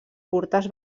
curtes